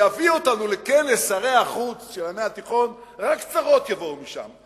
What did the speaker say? להביא אותנו לכנס שרי החוץ, רק צרות יבואו משם.